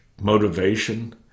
motivation